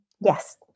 Yes